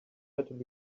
had